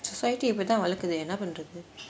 society அப்பிடி தான் வழக்குது:appidi thaan valakuthu